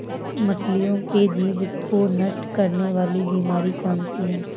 मछलियों के जीभ को नष्ट करने वाली बीमारी कौन सी है?